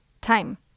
time